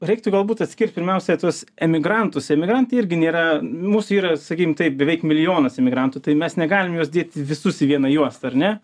reiktų galbūt atskirti pirmiausiai tuos emigrantus emigrantai irgi nėra mūsų yra sakykim taip beveik milijonas emigrantų tai mes negalim juos dėt visus į vieną juostą ar ne